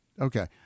Okay